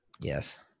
yes